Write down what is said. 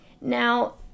Now